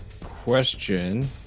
Question